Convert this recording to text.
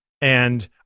And-